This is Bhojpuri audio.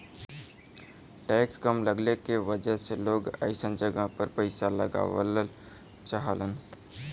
टैक्स कम लगले के वजह से लोग अइसन जगह पर पइसा लगावल चाहलन